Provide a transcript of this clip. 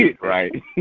right